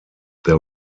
their